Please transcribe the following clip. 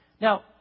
Now